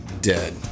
dead